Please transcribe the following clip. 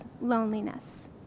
loneliness